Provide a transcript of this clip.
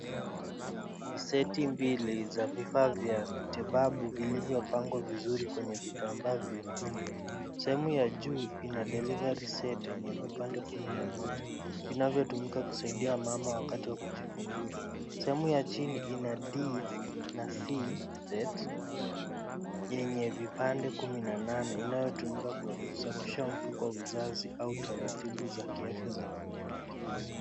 Ni seti mbili za vifaa vya kitababu vilivyopangwa vizuri kwenye vitambaa vyekundu. Sehemu ya juu ina delivery set yenye vipande kumi na moja vinavyotumika kusaidia mama wakati wa kujifungua. Sehemu ya chini ina D na C set yenye vipande kumi na nane inayotumika kusafisha mfuko wa uzazi au taratibu za kiafya za wanawake.